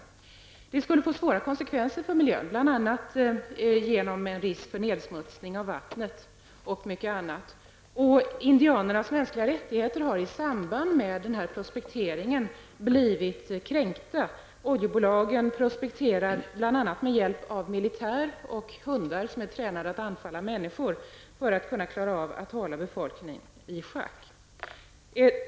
Denna exploatering skulle få svåra konsekvenser för miljön, bl.a. föreligger risk för nedsmutsning av vattnet. Indianernas mänskliga rättigheter har i samband med denna prospektering blivit kränkta. Oljebolagen prospekterar bl.a. med hjälp av militär och hundar, som är tränade att anfalla människor, för att hålla befolkningen i schack.